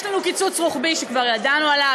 יש לנו קיצוץ רוחבי שכבר ידענו עליו,